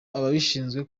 ababishinzwe